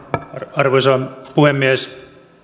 arvoisa puhemies